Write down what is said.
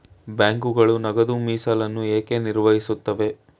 ಬ್ಯಾಂಕುಗಳು ನಗದು ಮೀಸಲನ್ನು ಏಕೆ ನಿರ್ವಹಿಸುತ್ತವೆ?